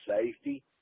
safety